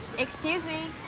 excuse me.